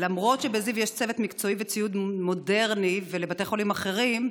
למרות שבזיו יש צוות מקצועי וציוד מודרני ולבתי חולים אחרים,